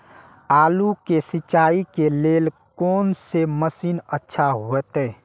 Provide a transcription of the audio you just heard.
आलू के सिंचाई के लेल कोन से मशीन अच्छा होते?